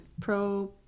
Pro